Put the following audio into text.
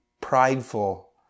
prideful